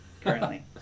currently